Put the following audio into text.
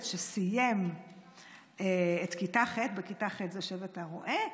שסיים את כיתה ח' בכיתה ח' זה שבט הרועה,